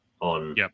on